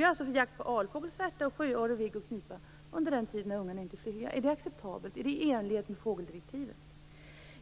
Det bedrivs jakt på alfågel, svärta, sjöorre, vigg och knipa under den tid då ungarna inte är flygga. Är det acceptabelt? Är det i enlighet med fågeldirektivet?